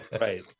Right